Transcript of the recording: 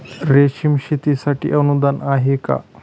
रेशीम शेतीसाठी अनुदान आहे का?